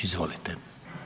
Izvolite.